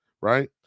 right